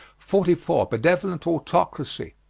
forty four. benevolent autocracy.